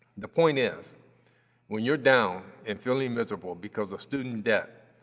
the point is when you're down and feeling miserable because of student debt,